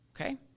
okay